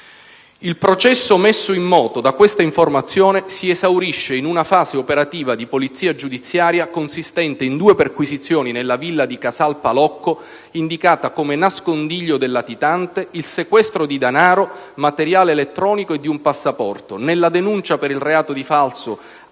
Il processo messo in moto da questa informazione si esaurisce in una fase operativa di polizia giudiziaria consistente in due perquisizioni nella villa di Casal Palocco indicata come nascondiglio del latitante, nel sequestro di denaro, materiale elettronico e di un passaporto, nella denuncia per il reato di falso